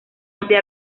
amplia